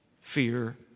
fear